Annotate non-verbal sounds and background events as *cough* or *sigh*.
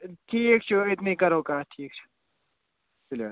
ٹھیٖک چھُ أتۍنٕے کَرو کَتھ ٹھیٖک چھُ *unintelligible*